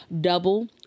double